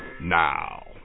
now